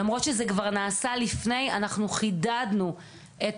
למרות שזה כבר נעשה לפני אנחנו חידדנו את